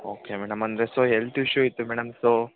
okay madam ಅಂದರೆ so health issue ಇತ್ತು madam so